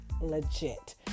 legit